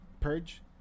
Purge